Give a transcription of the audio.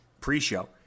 pre-show